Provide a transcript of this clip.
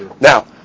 Now